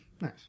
Nice